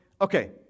okay